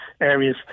areas